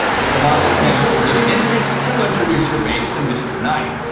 if the monster catches you getting intimate, he'll introduce your face to mr. knife.